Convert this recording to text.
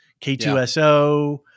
K2SO